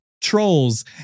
trolls